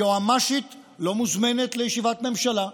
היועמ"שית לא מוזמנת לישיבת ממשלה,